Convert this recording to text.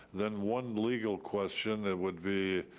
then one legal question, it would be